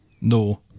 no